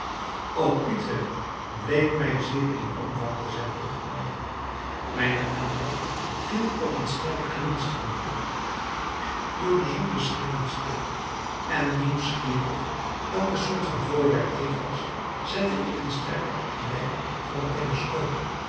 ook utrecht bleek mij zeer in omvang te zijn toegenomen mijne aandacht viel op een sterk glinsterende door de zon beschenen stip en nieuwsgierig welk soort van voorwerp dit was zette ik een sterker oculair voor het